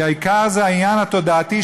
כי העיקר זה העניין התודעתי,